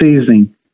seasoning